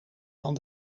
van